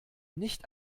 nicht